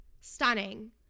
Stunning